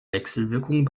wechselwirkung